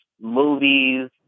movies